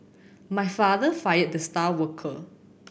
my father fired the star worker